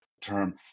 term